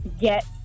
get